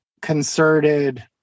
concerted